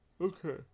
Okay